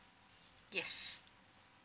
yes